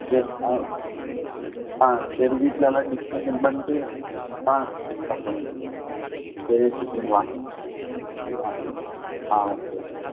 சரி ஆ ஆ சரி வீட்டில் எல்லாரும் டிஸ்கஷன் பண்ணிட்டு ஆ சரி கால் பண்ணுங்க சரி வச்சிடடுங்களா ஆ ஆ ஓகே ஓகேங்க